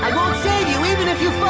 save you even if you